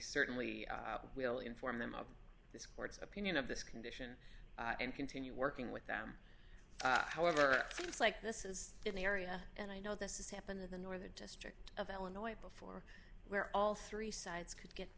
certainly will inform them of this court's opinion of this condition and continue working with them however it seems like this is in the area and i know this is happened in the northern district of illinois before where all three sides could get